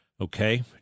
Okay